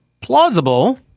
plausible